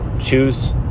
choose